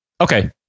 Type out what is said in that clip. Okay